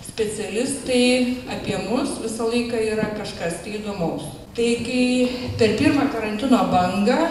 specialistai apie mus visą laiką yra kažkas įdomaus taigi per pirmą karantino bangą